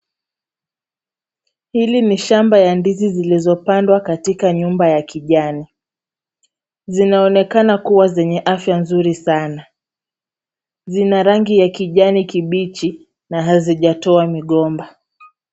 Hili ni shamba ya ndizi zilizopandwa katika nyumba ya kijani. Zinaonekana kuwa zenye afya nzuri sana. Zina rangi ya kijani kibichi na hazijatoa migomba.